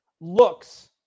looks